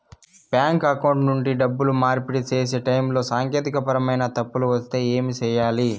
bank account నుండి డబ్బులు మార్పిడి సేసే టైములో సాంకేతికపరమైన తప్పులు వస్తే ఏమి సేయాలి